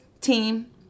team